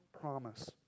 promise